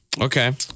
Okay